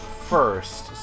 first